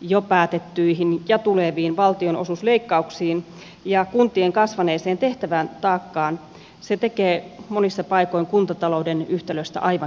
jo päätettyihin ja tuleviin valtionosuusleikkauksiin ja kuntien kasvaneeseen tehtävätaakkaan tekee monissa paikoin kuntatalouden yhtälöstä aivan kestämättömän